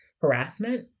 harassment